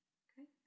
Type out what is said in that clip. okay